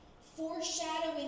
foreshadowing